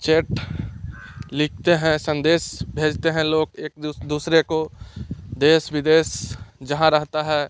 chat लिखते हैं संदेश भेजते हैं लोग एक दूसरे को देश विदेश जहाँ रहता है